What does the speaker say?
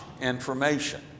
information